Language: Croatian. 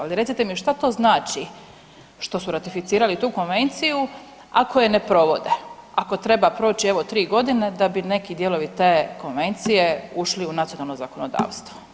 Ali recite mi šta to znači što su ratificirali tu konvenciju ako je ne provode, ako treba proć evo 3.g. da bi neki dijelovi te konvencije ušli u nacionalno zakonodavstvo?